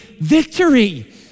victory